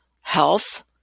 health